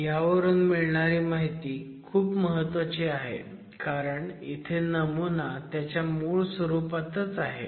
पण ह्यावरून मिळणारी माहिती खूप महत्वाची आहे कारण इथे नमुना त्याच्या मूळ स्वरूपातच आहे